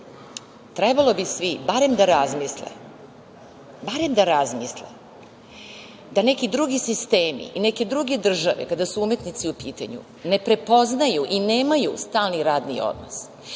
razmisle, barem da razmisle da neki drugi sistemi i neke druge države kada su umetnici u pitanju ne prepoznaju i nemaju stalni radni odnos